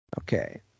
okay